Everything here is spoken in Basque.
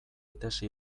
tesi